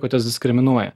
kad jos diskriminuoja